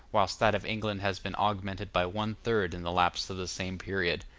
whilst that of england has been augmented by one-third in the lapse of the same period.